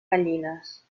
gallines